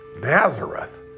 Nazareth